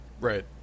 Right